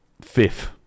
fifth